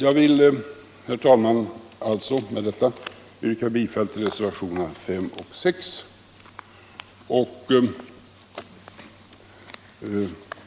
Jag vill med detta, herr talman, yrka bifall till reservationerna 5 och 6 för att